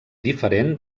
diferent